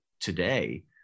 today